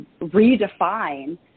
redefine